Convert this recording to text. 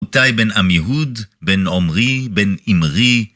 איתי בן עמיהוד, בן עמרי, בן אימרי.